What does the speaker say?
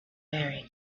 very